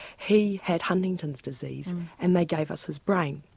he had huntington's disease and they gave us his brain.